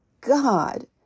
God